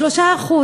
3%,